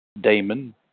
Damon